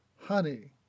honey